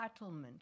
entitlement